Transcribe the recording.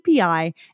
api